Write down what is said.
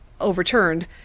overturned